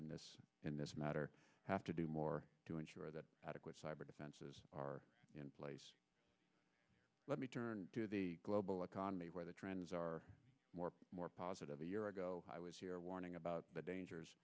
in this in this matter have to do more to ensure that adequate cyber defenses are in place let me turn to the global economy where the trends are more positive a year ago i was here warning about the dangers